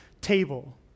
table